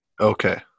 Okay